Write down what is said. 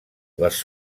les